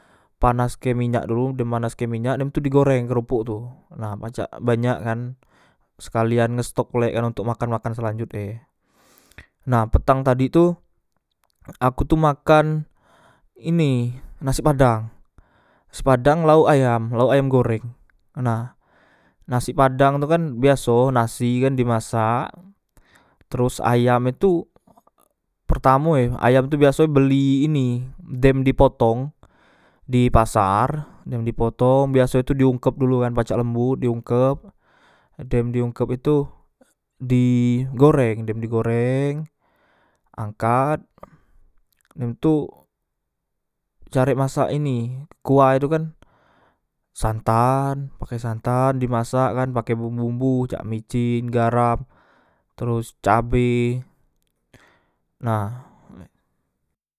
Panaske minyak dulu dem panaske minyak dem tu di goreng kropok tu nah pacak banyak kan sekalian ngestok pulek kan ontok makan makan selanjute nah petang tadi tu aku tu makan ini nasi padang nasi padang laok ayam laok ayam goreng nah nasi padang tu kan biaso nasikan dimasak teros ayam e tu pertamo e ayam tu biaso nyo beli ini dem di potong di pasar dem dipotong biaso tu di ungkep dulu kan pacak lembut diungkep dem di ungkep itu di goreng dem di goreng angkat dem tu carek masak ini kuahe tu kan santan pake santan di masakkan pake bumbu bumbu cak micin garam teros cabe nah